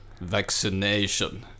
vaccination